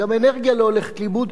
גם אנרגיה לא הולכת לאיבוד,